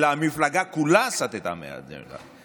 אלא המפלגה כולה סטתה מהאג'נדה,